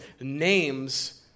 names